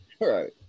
Right